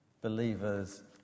believers